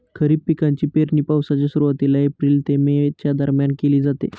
खरीप पिकांची पेरणी पावसाच्या सुरुवातीला एप्रिल ते मे च्या दरम्यान केली जाते